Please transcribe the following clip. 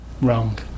Wrong